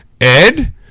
Ed